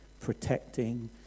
protecting